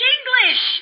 English